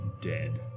dead